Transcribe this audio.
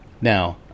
Now